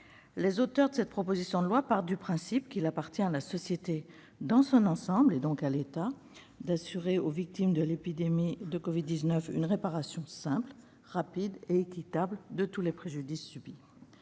Les auteurs de cette proposition de loi partent du principe qu'il appartient à la société dans son ensemble, et donc à l'État, d'assurer aux victimes de l'épidémie de Covid-19 une réparation simple, rapide et équitable de tous les préjudices subis.